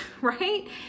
right